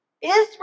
Israel